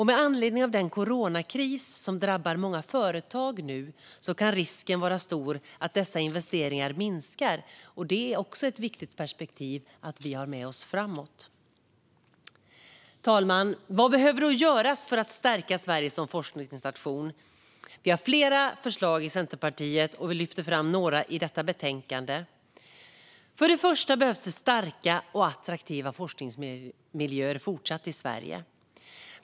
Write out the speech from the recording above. Med anledning av den coronakris som nu drabbar många företag är risken stor att dessa investeringar minskar. Det är ett viktigt perspektiv att ha med oss framåt. Fru talman! Vad behöver då göras för att stärka Sverige som forskningsnation? Vi i Centerpartiet har flera förslag, och vi lyfter fram några i detta betänkande. För det första behövs även i fortsättningen starka och attraktiva forskningsmiljöer i Sverige.